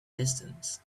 distance